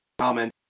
comment